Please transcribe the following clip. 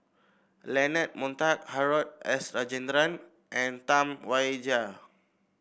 Leonard Montague Harrod S Rajendran and Tam Wai Jia